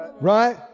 Right